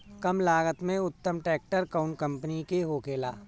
कम लागत में उत्तम ट्रैक्टर कउन कम्पनी के होखेला?